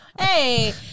Hey